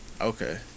Okay